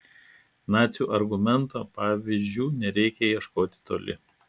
nacių argumento pavyzdžių nereikia ieškoti toli